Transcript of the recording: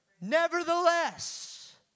Nevertheless